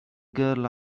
girl